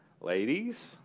Ladies